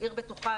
"עיר בטוחה",